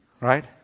right